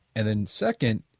and then second,